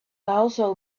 also